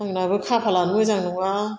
आंनाबो खाफाला मोजां नङा